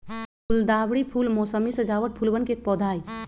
गुलदावरी फूल मोसमी सजावट फूलवन के एक पौधा हई